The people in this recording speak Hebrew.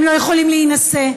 הם לא יכולים להינשא,